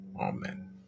Amen